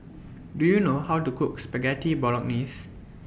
Do YOU know How to Cook Spaghetti Bolognese